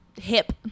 hip